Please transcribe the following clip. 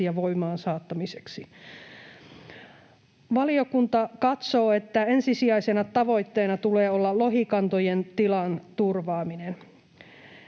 ja voimaansaattamiseksi. Valiokunta katsoo, että ensisijaisena tavoitteena tulee olla lohikantojen tilan turvaaminen.